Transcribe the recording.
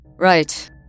Right